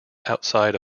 outside